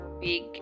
big